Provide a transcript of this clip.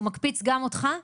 הוא מקפיץ גם אותך?